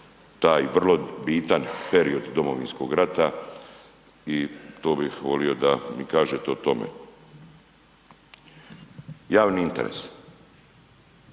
taj vrlo bitan period Domovinskog rata i to bih volio da mi kažete o tome. Javni interes,